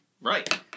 Right